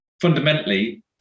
fundamentally